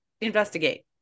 investigate